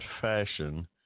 fashion